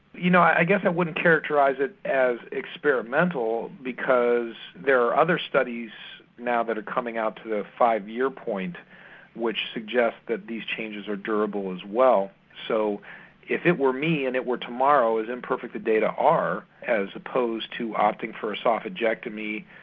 you know i guess i wouldn't characterise it as experimental because there are other studies now that are coming up to the five year point which suggest that these changes are durable as well. so if it were me and it were tomorrow as imperfect as the data are as opposed to opting for an oesophagectomy,